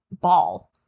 ball